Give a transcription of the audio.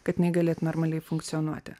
kad jinai galėtų normaliai funkcionuoti